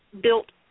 built